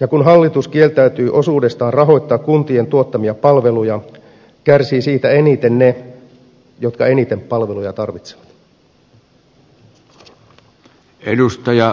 ja kun hallitus kieltäytyy osuudestaan rahoittaa kuntien tuottamia palveluja kärsivät siitä eniten ne jotka eniten palveluja tarvitsevat